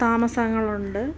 താമസങ്ങളുണ്ട്